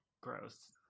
gross